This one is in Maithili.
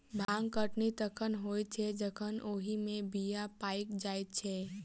भांग कटनी तखन होइत छै जखन ओहि मे बीया पाइक जाइत छै